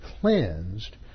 cleansed